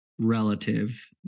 relative